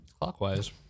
Clockwise